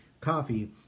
coffee